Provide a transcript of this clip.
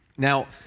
Now